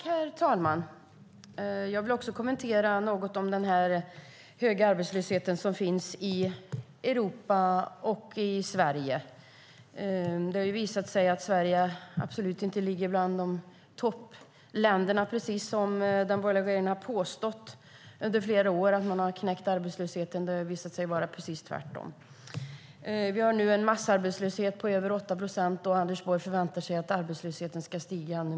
Herr talman! Jag vill något kommentera den höga arbetslöshet som finns i Europa och i Sverige. Det har visat sig att Sverige inte ligger bland toppländerna. Den borgerliga regeringen har under flera år påstått att man knäckt arbetslösheten. Det har visat sig vara precis tvärtom. Vi har nu en massarbetslöshet på över 8 procent, och Anders Borg förväntar sig att arbetslösheten ska öka ytterligare.